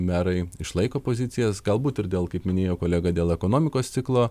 merai išlaiko pozicijas galbūt ir dėl kaip minėjo kolega dėl ekonomikos ciklo